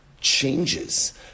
changes